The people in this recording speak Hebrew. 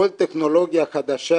כל טכנולוגיה חדשה